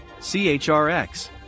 CHRX